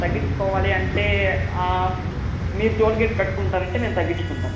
తగ్గించుకోవాలి అంటే ఆ మీరు టోల్ గేట్ కట్టుకుంటానంటే మేము తగ్గించుకుంటాము